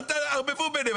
אל תערבבו ביניהם.